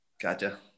Gotcha